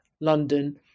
London